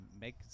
make